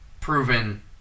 proven